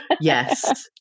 yes